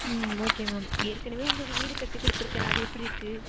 ம் okay ma'am ஏற்கனவே உங்களுக்கு வீடு கட்டி கொடுத்துருக்கேன் அது எப்படி இருக்கு